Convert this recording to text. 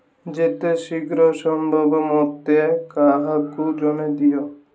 ଯେତେ ଶୀଘ୍ର ସମ୍ଭବ ମୋତେ କାହାକୁ ଜଣେ ଦିଅ